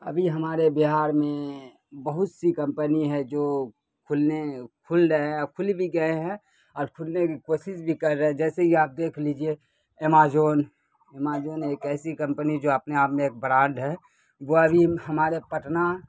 ابھی ہمارے بہار میں بہت سی کمپنی ہے جو کھلنے کھل رہے ہیں اور کھل بھی گئے ہیں اور کھلنے کی کوشش بھی کر رہے ہیں جیسے کہ آپ دیکھ لیجیے ایماجون ایماجون ایک ایسی کمپنی جو اپنے آپ میں ایک برانڈ ہے وہ ابھی ہمارے پٹنہ